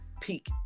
peak